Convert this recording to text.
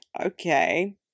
okay